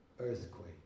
Earthquake